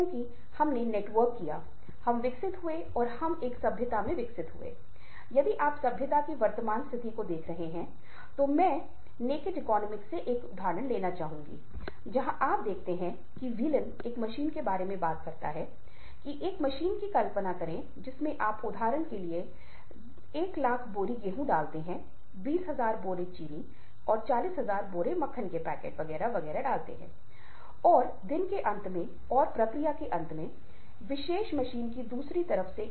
यदि आप सामाजिक जागरूकता और संबंध प्रबंधन को देखते हैं तो मूल रूप से ये व्यक्तिगत और सामाजिक दक्षता है बाद में इसे सहानुभूति और सामाजिक कौशल में बदल दिया गया तब हमारे दिमाग में यह सवाल आता है की बुद्धि और भावना के बीच क्या संबंध है